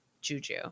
juju